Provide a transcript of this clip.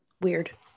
Weird